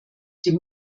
dem